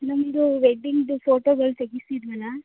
ನಮ್ಮದು ವೆಡ್ಡಿಂಗ್ದು ಫೋಟೋಗಳು ತೆಗೆಸಿದ್ವಲ್ಲ